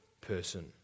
person